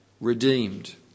redeemed